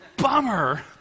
Bummer